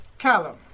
Callum